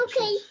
Okay